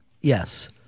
yes